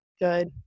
good